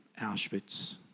Auschwitz